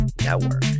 network